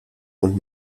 und